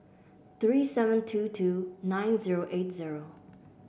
three seven two two nine zero eight zero